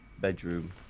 bedroom